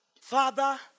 Father